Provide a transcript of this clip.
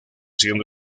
siendo